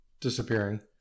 disappearing